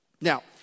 Now